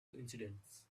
incidents